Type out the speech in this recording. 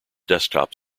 desktop